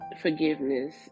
forgiveness